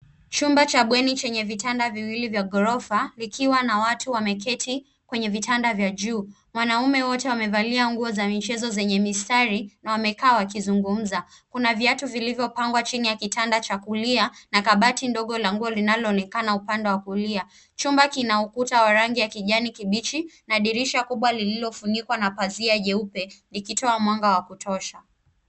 Chumba cha bweni chenye vitanda viwili vya ghorofa vikiwa na watu wameketi. Wanaume wamevalia nguo za michezo zenye mistari na wamekaa wakizugumza. Kuna viatu vilivyopangwa chini ya kitanda cha kulia na kabati dogo la nguo linaloonekana upande wa kulia. Chumba kina ukuta wa rangi ya kijani kibichi na dirisha kubwa lililofunikwa na pazia jeupe likitoa mwanga wa kutosha.